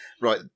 Right